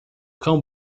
cão